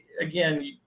again